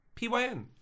PYN